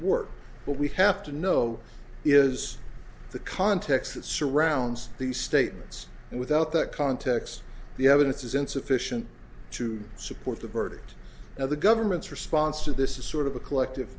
but we have to know is the context that surrounds these statements and without that context the evidence is insufficient to support the verdict now the government's response to this is sort of a collective